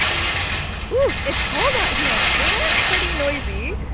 ooh, it's cold out here and pretty noisy.